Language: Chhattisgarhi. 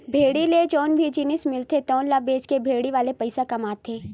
भेड़ी ले जउन भी जिनिस मिलथे तउन ल बेचके भेड़ी वाले पइसा कमाथे